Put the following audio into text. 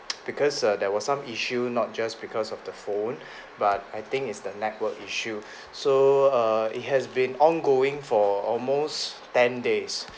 because err there was some issue not just because of the phone but I think is the network issue so err it has been ongoing for almost ten days